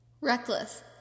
reckless